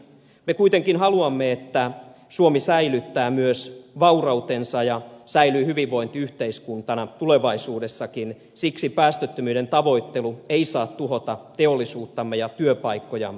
me kuitenkin haluamme että suomi säilyttää myös vaurautensa ja säilyy hyvinvointiyhteiskuntana tulevaisuudessakin siksi päästöttömyyden tavoittelu ei saa tuhota teollisuuttamme ja työpaikkojamme